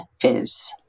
Fizz